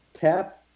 tap